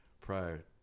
prior